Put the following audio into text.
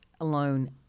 alone